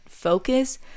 focus